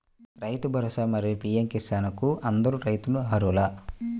రైతు భరోసా, మరియు పీ.ఎం కిసాన్ కు అందరు రైతులు అర్హులా?